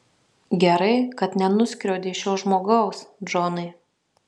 gerai kad nenuskriaudei šio žmogaus džonai